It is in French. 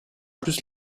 plus